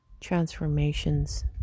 transformations